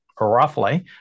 roughly